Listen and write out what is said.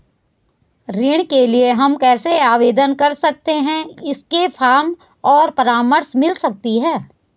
ऋण के लिए हम कैसे आवेदन कर सकते हैं इसके फॉर्म और परामर्श मिल सकती है?